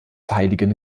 heiligen